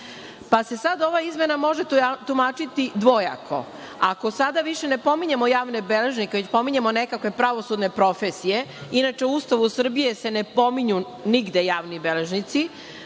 pa se sad ova izmena može tumačiti dvojako. Ako sada više ne pominjemo javne beležnike, već pominjemo nekakve pravosudne profesije, inače u Ustavu Srbije se ne pominju nigde javni beležnici,